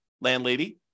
landlady